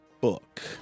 book